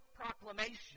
proclamation